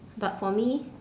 but for me